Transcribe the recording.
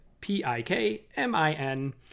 P-I-K-M-I-N